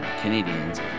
Canadians